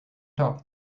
talk